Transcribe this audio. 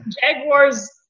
Jaguars